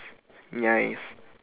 yes